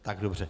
Tak dobře.